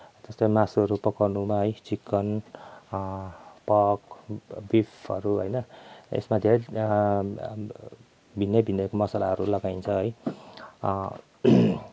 त्यस्तो मासुहरू पकाउनुमा चिकन पर्क बिफहरू होइन यसमा धेरै भिन्नै भिन्नै मसालाहरू लगाइन्छ है